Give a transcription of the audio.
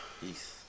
Peace